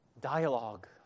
dialogue